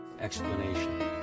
explanation